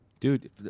Dude